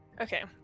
Okay